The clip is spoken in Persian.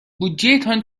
بودجهتان